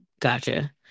gotcha